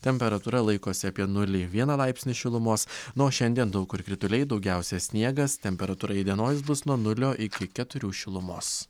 temperatūra laikosi apie nulį vieną laipsnį šilumos na o šiandien daug kur krituliai daugiausia sniegas temperatūra įdienojus bus nuo nulio iki keturių šilumos